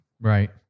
Right